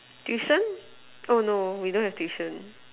tuition oh no we don't have tuition